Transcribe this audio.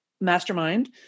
mastermind